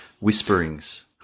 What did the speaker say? whisperings